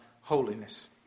holiness